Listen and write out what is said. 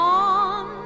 on